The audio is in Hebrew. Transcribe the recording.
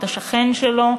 את השכן שלו,